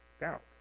doubt